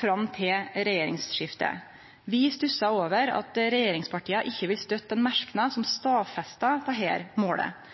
fram til regjeringsskiftet. Vi stussa over at regjeringspartia ikkje vil stø ein merknad som stadfester dette målet. Det